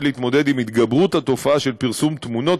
להתמודד עם התגברות התופעה של פרסום תמונות,